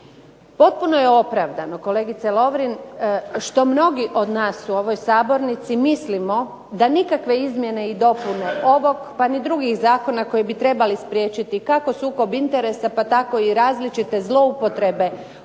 Potpuno je opravdano, kolegice Lovrin, što mnogi od nas u ovoj Sabornici mislimo da nikakve izmjene i dopune ovog pa ni drugih zakona koji bi trebali spriječiti kako sukob interesa pa tako i različite zloupotrebe